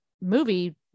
movie